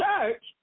church